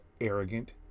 arrogant